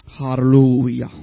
Hallelujah